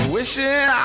Wishing